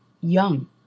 young